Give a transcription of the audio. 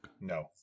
no